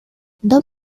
dos